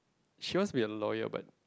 she wants to be a lawyer but